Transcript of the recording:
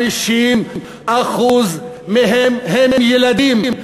50% מהם הם ילדים.